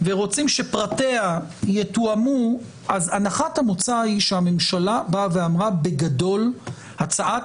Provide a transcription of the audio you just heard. ורוצים שפרטיה יתואמו אז הנחת המוצא היא שהממשלה אמרה בגדול שהצעת